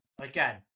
again